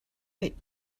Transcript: right